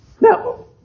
Now